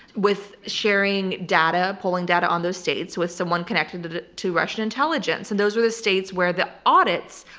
with sharing data, polling data on those states with someone connected to russian intelligence, and those were the states where the audits,